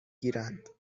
گیرند